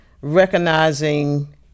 recognizing